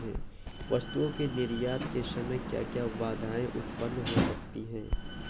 वस्तुओं के निर्यात के समय क्या क्या बाधाएं उत्पन्न हो सकती हैं?